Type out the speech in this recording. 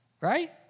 right